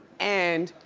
and